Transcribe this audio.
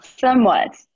Somewhat